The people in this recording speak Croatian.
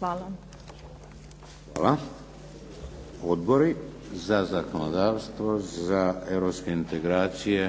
(HDZ)** Hvala. Odbori za zakonodavstvo, za europske integracije,